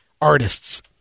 Artists